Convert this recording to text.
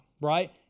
right